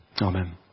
Amen